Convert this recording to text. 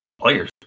Players